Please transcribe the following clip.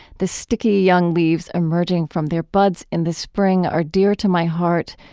the sticky young leaves emerging from their buds in the spring are dear to my heart,